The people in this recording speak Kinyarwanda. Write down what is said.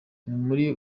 muri